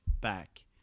back